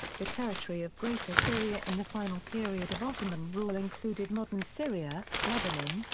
the territory of greater syria in the final period of ottoman rule included modern syria, lebanon,